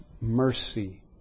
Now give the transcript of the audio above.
mercy